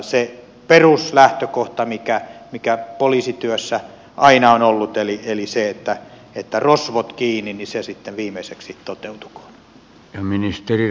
se peruslähtökohta mikä poliisityössä aina on ollut eli rosvot kiinni sitten viimeiseksi toteutukoon